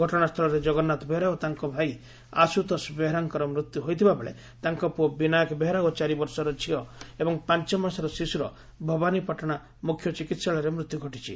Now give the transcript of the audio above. ଘଟଣାସ୍ତ୍ରଳରେ କଗନ୍ପାଥ ବେହେରା ଓ ତାଙ୍ ଭାଇ ଆଶୁତୋଷ ବେହେରାଙ୍ ମୃତ୍ୟୁ ହୋଇଥିବା ବେଳେ ତାଙ୍ ପୁଅ ବିନାୟକ ବେହେରା ଓ ଚାରିବର୍ଷର ଝିଅ ଏବଂ ପାଞ୍ଚମାସର ଶିଶ୍ରର ଭବାନୀପାଟଶା ମୁଖ୍ୟ ଚିକିସାଳୟରେ ମୃତ୍ଧୁ ଘଟିଛି